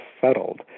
settled